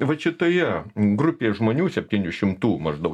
vat šitoje grupėje žmonių septynių šimtų maždaug